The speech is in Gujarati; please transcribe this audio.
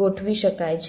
ગોઠવી શકાય છે